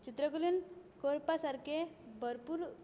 चित्रकलेंत करपा सारकें भरपूर